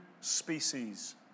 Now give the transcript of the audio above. species